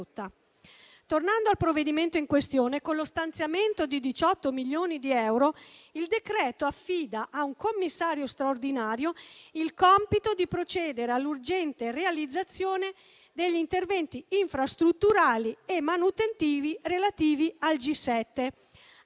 Tornando al provvedimento in esame, con lo stanziamento di 18 milioni di euro, il decreto-legge affida a un commissario straordinario il compito di procedere all'urgente realizzazione degli interventi infrastrutturali e manutentivi relativi al G7;